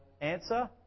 answer